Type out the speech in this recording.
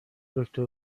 دکتر